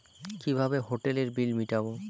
কিভাবে হোটেলের বিল মিটাব?